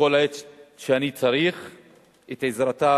בכל עת שאני צריך את עזרתה